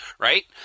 Right